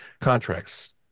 contracts